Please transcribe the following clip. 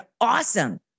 awesome